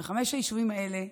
בחמשת היישובים האלה,